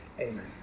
Amen